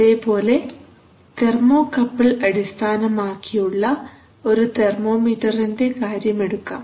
അതേപോലെ തെർമോകപ്പിൾ അടിസ്ഥാനമാക്കിയുള്ള ഒരു തെർമോമീറ്ററിന്റെ കാര്യമെടുക്കാം